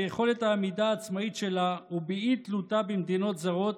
ביכולת העמידה העצמאית שלה ובאי-תלותה במדינות זרות,